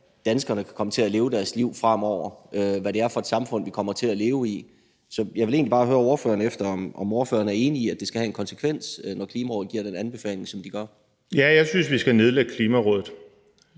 danskerne kan komme til at leve deres liv fremover, og hvad det er for et samfund, vi kommer til at leve i. Så jeg vil egentlig bare høre, om ordføreren er enig i, at det skal have en konsekvens, når Klimarådet giver den anbefaling, som de gør. Kl. 14:24 Morten Messerschmidt